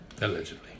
Allegedly